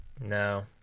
No